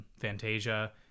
Fantasia